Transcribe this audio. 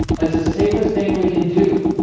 that's the safest thing we can do